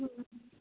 হুম হুম